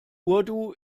urdu